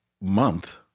month